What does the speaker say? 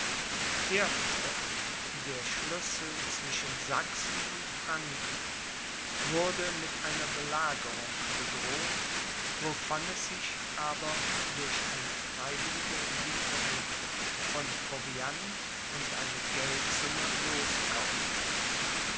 erfurt der schlüssel zwischen sachsen und franken wurde mit einer belagerung bedroht wovon es sich aber durch eine freiwillige lieferung von proviant und eine geldsumme loskaufte